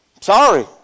Sorry